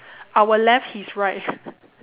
our left his right